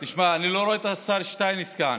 תשמע, אני לא רואה את השר שטייניץ כאן.